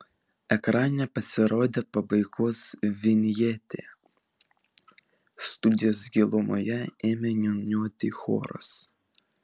ekrane pasirodė pabaigos vinjetė studijos gilumoje ėmė niūniuoti choras